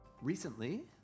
Recently